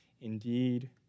indeed